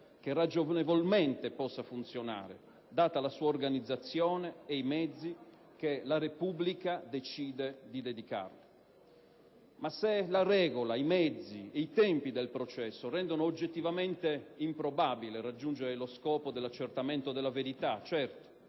che ragionevolmente possa funzionare, data la sua organizzazione e i mezzi che la Repubblica decide di dedicarvi. Ma se la regola, i mezzi, i tempi del processo rendono oggettivamente improbabile raggiungere lo scopo dell'accertamento della verità - certo,